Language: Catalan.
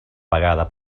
vegada